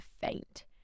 faint